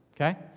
okay